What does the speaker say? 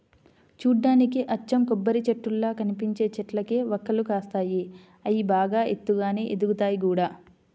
చూడ్డానికి అచ్చం కొబ్బరిచెట్టుల్లా కనిపించే చెట్లకే వక్కలు కాస్తాయి, అయ్యి బాగా ఎత్తుగానే ఎదుగుతయ్ గూడా